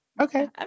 Okay